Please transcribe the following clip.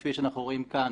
כפי שאנחנו רואים כאן,